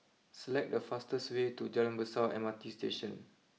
select the fastest way to Jalan Besar M R T Station